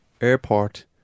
Airport